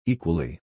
Equally